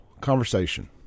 conversation